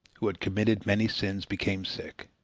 who had committed many sins, became sick.